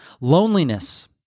loneliness